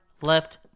left